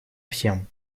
всем